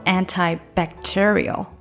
antibacterial